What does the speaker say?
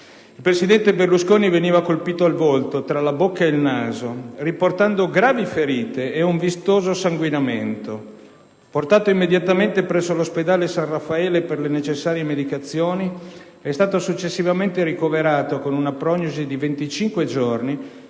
Il presidente Berlusconi veniva colpito al volto, tra la bocca e il naso, riportando gravi ferite e un vistoso sanguinamento. Portato immediatamente presso l'ospedale San Raffaele per le necessarie medicazioni, è stato successivamente ricoverato con una prognosi di 25 giorni